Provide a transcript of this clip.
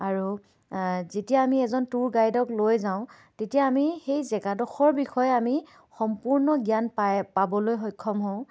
আৰু যেতিয়া আমি এজন টুৰ গাইডক লৈ যাওঁ তেতিয়া আমি সেই জেগাডোখৰৰ বিষয়ে আমি সম্পূৰ্ণ জ্ঞান পাই পাবলৈ সক্ষম হওঁ